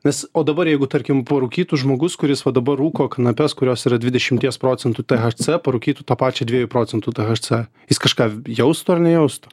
nes o dabar jeigu tarkim parūkytų žmogus kuris va dabar rūko kanapes kurios yra dvidešimties procentų thc parūkytų tą pačią dviejų procentų thc jis kažką jaustų ar nejaustų